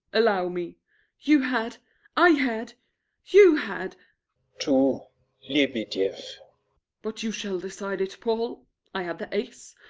allow me you had i had you had to lebedieff but you shall decide it, paul i had the ace,